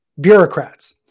bureaucrats